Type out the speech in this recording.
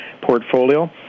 portfolio